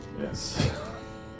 Yes